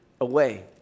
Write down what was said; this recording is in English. away